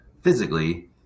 physically